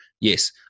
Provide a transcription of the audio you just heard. Yes